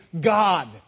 God